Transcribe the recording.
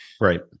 Right